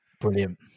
Brilliant